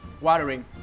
watering